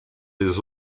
les